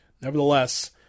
Nevertheless